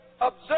observe